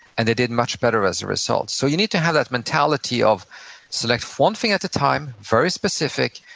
and they did much better as a result so you need to have that mentality of select one thing at a time, very specific,